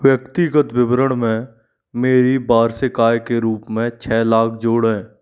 व्यक्तिगत विवरण में मेरी वार्षिक आय के रूप में छः लाख जोड़ें